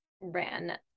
ran